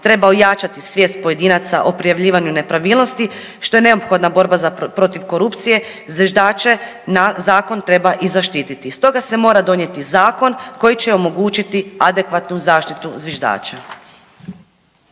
treba ojačati svijest pojedinaca o prijavljivanju nepravilnosti što je neophodna borba protiv korupcije zviždače na zakon treba i zaštititi. Stoga se mora donijeti zakon koji će omogućiti adekvatnu zaštitu zviždača.